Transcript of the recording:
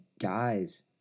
guys